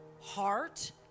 heart